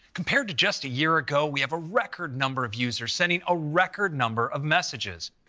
compared to just a year ago, we have a record number of users sending a record number of messages.